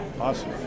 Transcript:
Awesome